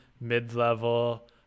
mid-level